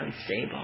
unstable